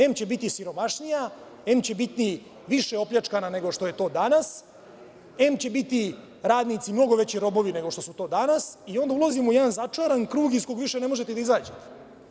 Em će biti siromašnija, em će biti više opljačkana nego što je to danas, em će biti radnici mnogo veći robovi nego što su to danas i onda ulazimo u jedan začaran krug iz kog više ne možete da izađete.